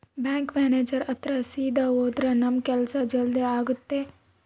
bank manager ಹತ್ರ ಸೀದಾ ಹೋದ್ರ ನಮ್ ಕೆಲ್ಸ ಜಲ್ದಿ ಆಗುತ್ತೆ